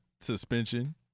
suspension